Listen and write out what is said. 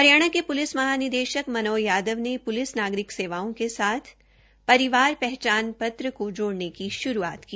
हरियाणा के प्लिस महानिदेशक मनोज यादव ने प्लिस नागरिकों सेवाओं के साथ परिवार पहचान पत्र को जोड़ने की शुरूआत की